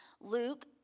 Luke